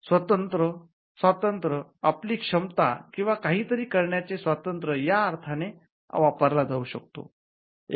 स्वातंत्र्य आपली क्षमता किंवा काहीतरी करण्याचे स्वातंत्र्य या अर्थाने वापरला जाऊ शकतो